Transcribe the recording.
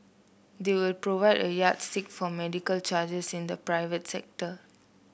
they will provide a yardstick for medical charges in the private sector